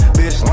Bitch